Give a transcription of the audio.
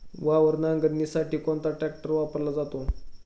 वावर नांगरणीसाठी कोणता ट्रॅक्टर वापरला जातो?